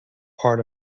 part